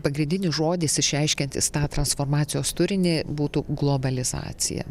pagrindinis žodis išreiškiantis tą transformacijos turinį būtų globalizacija